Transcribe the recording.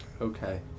Okay